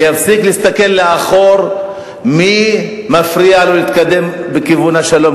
שיפסיק להסתכל לאחור מי מפריע לו להתקדם בכיוון השלום,